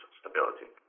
stability